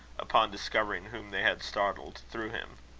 upon discovering whom they had startled, threw him.